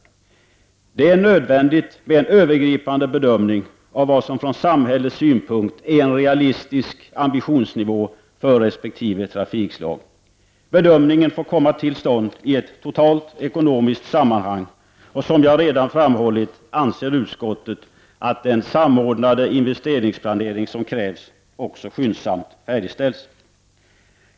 Det är nödvändigt med en genomgripande bedömning av vad som från samhällets synpunkt är en realistisk ambitionsnivå för resp. trafikslag. Bedömningen får komma till stånd i ett totalt ekonomiskt sammanhang, och som jag redan framhållit anser utskottet att den samordnade investeringsplanering som krävs skyndsamt färdigställs.